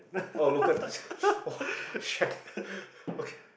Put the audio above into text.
oh local !wah! shag okay